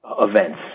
events